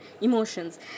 emotions